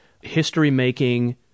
history-making